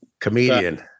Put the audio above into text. Comedian